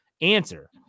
answer